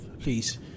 please